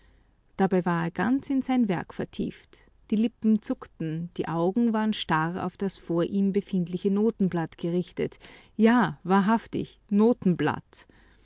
dabei war er ganz in sein werk vertieft die lippen zuckten die augen waren starr auf das vor ihm befindliche notenblatt gerichtet ja wahrhaftig